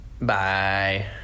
bye